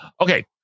okay